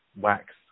wax